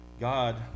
God